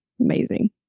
Amazing